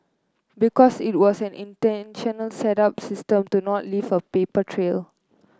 because it was an intentional set up system to not leave a paper trail